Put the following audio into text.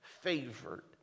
favored